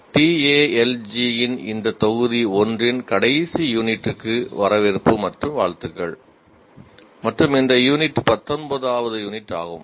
TALG இன் இந்த தொகுதி 1 இன் கடைசி யூனிட்டுக்கு வரவேற்பு மற்றும் வாழ்த்துக்கள் மற்றும் இந்த யூனிட் 19 வது யூனிட் ஆகும்